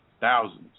Thousands